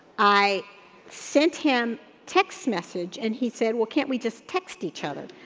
i sent him text message and he said well can't we just text each other?